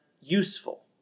useful